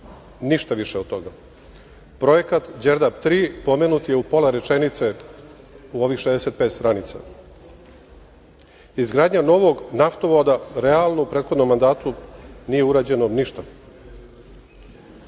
ništa više od toga. Projekat Đerdap3 pomenut je u pola rečenice u ovih 65 stranica. Izgradnja novog naftovoda, realno u prethodnom mandatu nije urađeno ništa.